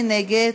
מי נגד?